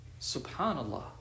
SubhanAllah